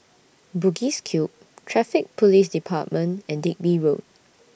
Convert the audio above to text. Bugis Cube Traffic Police department and Digby Road